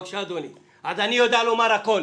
אז אני יודע לומר הכול